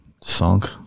sunk